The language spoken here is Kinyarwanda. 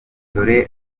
dore